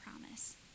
promise